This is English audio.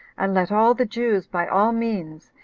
and let all the jews, by all means,